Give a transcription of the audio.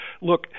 Look